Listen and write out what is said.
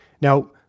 Now